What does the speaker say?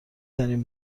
ترین